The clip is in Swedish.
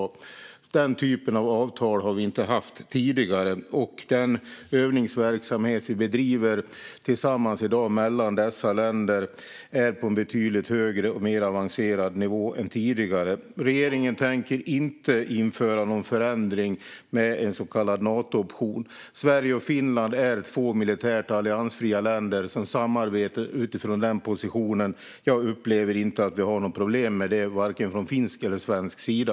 Den typen av avtal har vi inte haft tidigare. Den övningsverksamhet vi i dag bedriver tillsammans mellan dessa länder är på en betydligt högre och mer avancerad nivå än tidigare. Regeringen tänker inte införa någon förändring i form av en så kallad Natooption. Sverige och Finland är två militärt alliansfria länder som samarbetar utifrån den positionen. Jag upplever inte att vi har några problem med det från vare sig finländsk eller svensk sida.